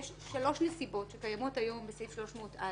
יש שלוש נסיבות שקיימות היום בסעיף 300א